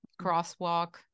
crosswalk